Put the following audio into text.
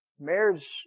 Marriage